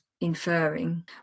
inferring